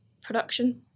production